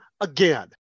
again